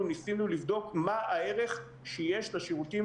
אנחנו ניסינו לבדוק מה הערך שיש לשירותים